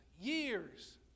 years